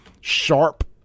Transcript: sharp